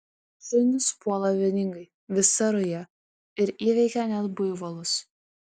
šunys puola vieningai visa ruja ir įveikia net buivolus